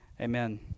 Amen